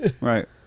Right